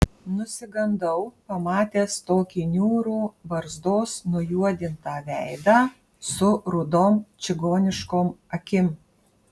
nusigandau pamatęs tokį niūrų barzdos nujuodintą veidą su rudom čigoniškom akim